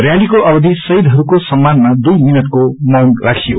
रयालीको अवधि शहीदहरूको सम्मानमा दुई मिनटको मौन राखियो